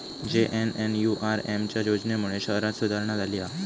JNNURM च्या योजनेमुळे शहरांत सुधारणा झाली हा